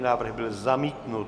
Návrh byl zamítnut.